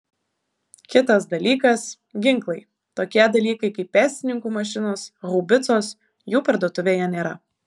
kitas dalykas ginklai tokie dalykai kaip pėstininkų mašinos haubicos jų parduotuvėje nėra